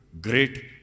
great